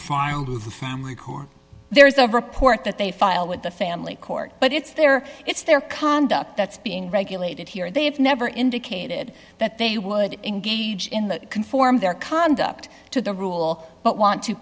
family court there's a report that they file with the family court but it's their it's their conduct that's being regulated here and they have never indicated that they would engage in that conform their conduct to the rule but want to